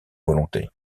volonté